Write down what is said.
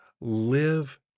live